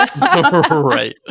right